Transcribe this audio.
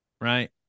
right